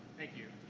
thank you.